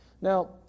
Now